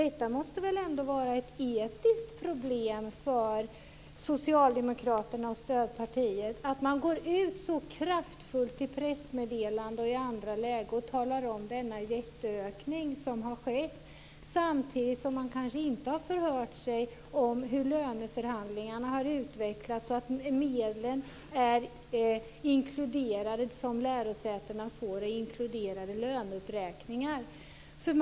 Det måste väl ändå vara ett etiskt problem för Socialdemokraterna och stödpartierna att man så kraftfullt går ut i pressmeddelanden och i andra lägen och talar om denna jätteökning som har skett samtidigt som man kanske inte har förhört sig om hur löneförhandlingarna har utvecklats och om att medlen som lärosätena får är inkluderade löneuppräkningar.